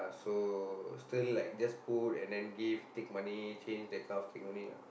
so still like just put and then give take money change that kind of thing only ah